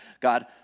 God